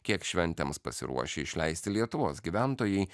kiek šventėms pasiruošę išleisti lietuvos gyventojai